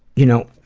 you know,